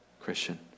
Christian